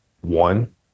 one